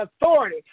authority